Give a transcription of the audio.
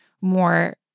more